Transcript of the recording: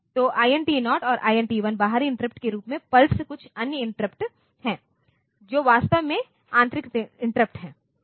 तो INT 0 और INT 1 बाहरी इंटरप्ट के रूप में प्लस कुछ अन्य इंटरप्ट हैं जो वास्तव में आंतरिक इंटरप्ट हैं